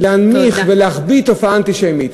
וצריך לפעול כדי להנמיך ולהחביא תופעה אנטישמית.